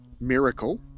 Miracle